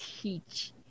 teach